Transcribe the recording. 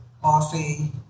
coffee